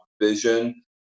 vision